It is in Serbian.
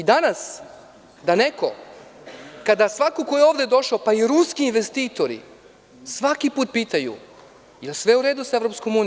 Danas, neko ko je ovde došao, pa i Ruski investitori, svaki put pitaju, da li je sve u redu sa EU?